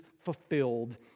fulfilled